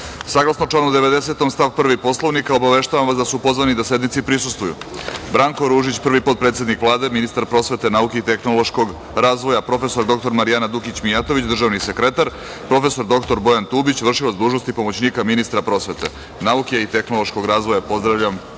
reda. Saglasno članu 90. stav 1. Poslovnika Narodne skupštine, obaveštavam vas da su pozvani da sednici prisustvuju: Branko Ružić, prvi potpredsednik Vlade, ministar prosvete, nauke i tehnološkog razvoja; prof. dr Marijana Dukić Mijatović, državni sekretar; prof. dr Bojan Tubić, vršilac dužnosti pomoćnika ministra prosvete, nauke i tehnološkog razvoja. Pozdravljam